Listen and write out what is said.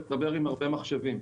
ומדבר עם הרבה מחשבים.